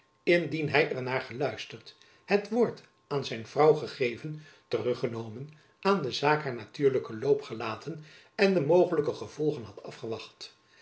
indien hy er naar geluisterd het woord aan zijn vrouw gegeven terug genomen aan de zaak haar natuurlijken loop gelaten en de mogelijke gevolgen had afgewacht